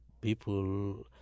people